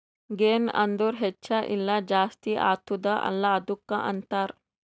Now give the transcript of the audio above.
ಗೆನ್ ಅಂದುರ್ ಹೆಚ್ಚ ಇಲ್ಲ ಜಾಸ್ತಿ ಆತ್ತುದ ಅಲ್ಲಾ ಅದ್ದುಕ ಅಂತಾರ್